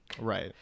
Right